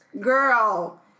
Girl